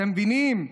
אתם מבינים?